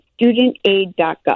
studentaid.gov